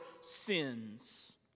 sins